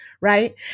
Right